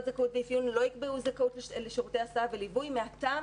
זכאות ואפיון לא יקבעו זכאות לשירותי הסעה וליווי מהטעם